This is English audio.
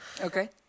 Okay